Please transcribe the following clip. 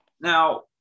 Now